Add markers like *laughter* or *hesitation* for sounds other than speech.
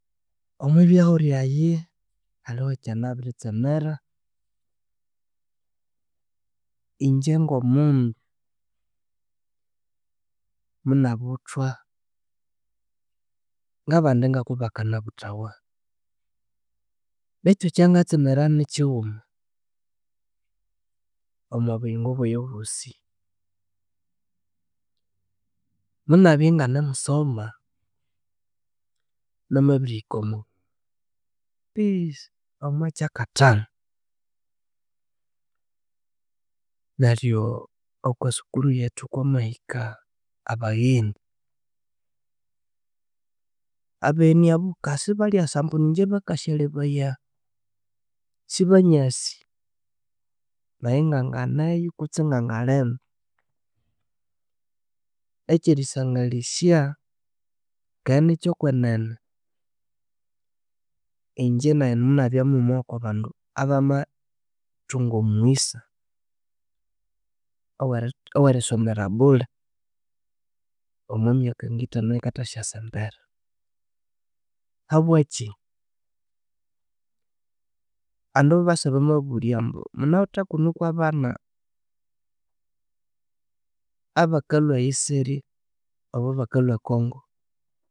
Omubyahu lyayi haliho ekyanabiritsemera ingye ngomundu munabuthwa ngabandi ngokobakanabuthawa bethu ekyangatsemera nikyiwuma omobuyingo bwaye bosi munabye inganimusoma namabirihiko omo *hesitation* omokyakathanu neryo oko sukuru yethu kwamahika abagheni, abagheni abo kasibalyasa ambu nigye bakasyalebaya, sibanyasi nayinganganeyo kutse ngangalindi. Ekyerisangalisya kinikyokwenene ingye naye munabya mughuma wokobandu abamathunga omughisa oweri owerisomera bulhe omwemyakangithanu eyikasa embere habwakyi abandu mubasa bamabulya ambu munawithe kunukwabana abakalhwa eyisirya obo- abakalhwa ekongo